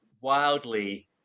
wildly